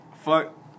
Fuck